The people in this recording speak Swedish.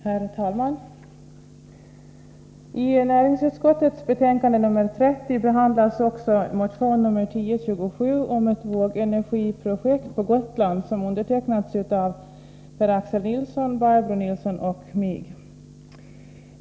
Herr talman! I näringsutskottets betänkande nr 30 behandlas också motion nr 1027 om ett vågenergiprojekt på Gotland, vilken har undertecknats av Per-Axel Nilsson, Barbro Nilsson i Visby och mig.